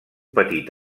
petit